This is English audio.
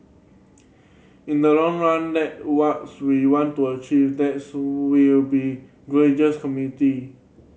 in the long run that what's we want to achieve that's will be gracious community